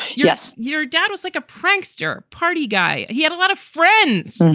yes. your dad was like a prankster. party guy. he had a lot of friends.